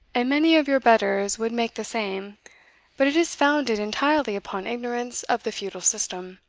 and many of your betters would make the same but it is founded entirely upon ignorance of the feudal system.